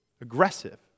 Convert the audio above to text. aggressive